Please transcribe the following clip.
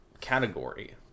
category